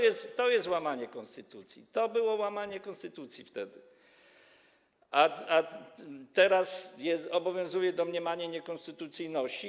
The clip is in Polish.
I to jest łamanie konstytucji, to było wtedy łamanie konstytucji, a teraz obowiązuje domniemanie niekonstytucyjności.